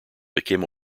became